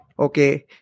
Okay